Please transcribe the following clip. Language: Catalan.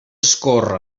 escórrer